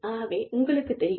ஆகவே உங்களுக்கேத் தெரியும்